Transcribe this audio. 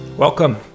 Welcome